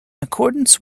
accordance